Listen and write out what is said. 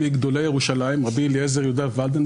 בסוף לשאול את נציגת היועצת המשפטית.